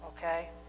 okay